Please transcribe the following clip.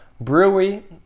Brewery